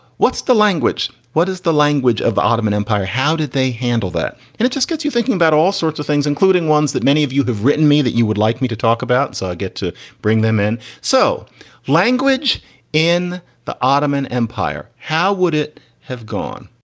what's the language? what is the language of the ottoman empire? how did they handle that? and it just gets you thinking about all sorts of things, including ones that many of you have written me that you would like me to talk about. so i get to bring them in. so language in the ottoman empire, how would it have gone?